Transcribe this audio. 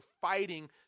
fighting